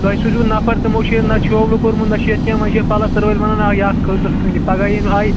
تۄہہِ سوٗزِو نَفَر تِمو چھِ نہ چھُ شولہٕ کوٚرمُت نہ چھُ یَتھ کیٚنٛہہ نہ چھِ پَلَستر وٲلۍ وَنان اَکھ قٕسکھٲنی پَگہہ یِنۍ آیہِ